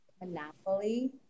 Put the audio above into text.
Monopoly